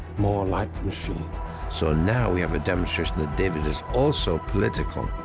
more like machines. so now we have a demonstration that david is also political.